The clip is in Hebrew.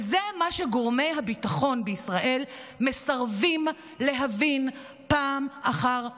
וזה מה שגורמי הביטחון בישראל מסרבים להבין פעם אחר פעם.